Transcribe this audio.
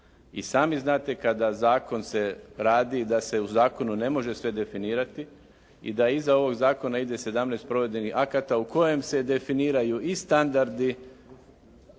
I sami znate da kada zakon se radi da se u zakonu ne može sve definirati i da iza ovog zakona ide 17 provedbenih akata u kojem se definiraju i standardi